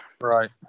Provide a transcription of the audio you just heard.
right